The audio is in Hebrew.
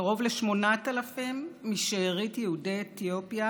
קרוב ל-8,000 משארית יהודי אתיופיה